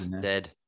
dead